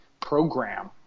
Program